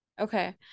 Okay